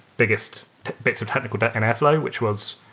biggest bits of technical debt in airflow, which was